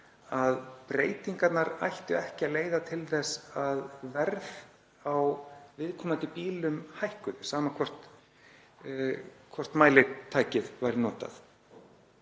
að breytingarnar ættu ekki að leiða til þess að verð á viðkomandi bílum hækkaði, sama hvort mælitækið væri notað.